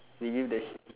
will you dare